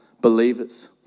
believers